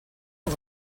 els